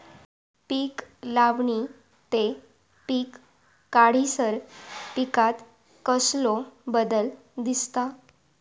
पीक लावणी ते पीक काढीसर पिकांत कसलो बदल दिसता?